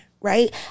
right